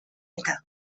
eta